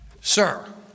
Sir